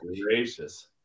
gracious